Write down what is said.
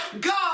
God